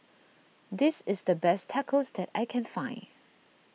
this is the best Tacos that I can find